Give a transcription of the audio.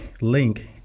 link